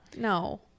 No